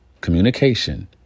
communication